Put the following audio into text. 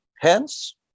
Hence